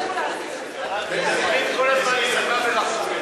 מדברים כל הזמן מהשפה ולחוץ.